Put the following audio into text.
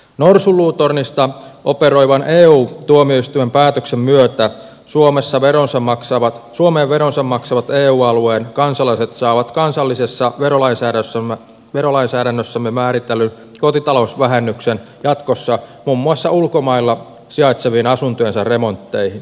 norsunluutornista operoivan eu tuomioistuimen päätöksen myötä suomeen veronsa maksavat eu alueen kansalaiset saavat kansallisessa verolainsäädännössämme määritellyn kotitalousvähennyksen jatkossa muun muassa ulkomailla sijaitsevien asuntojensa remontteihin